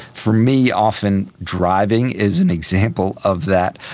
for me often driving is an example of that.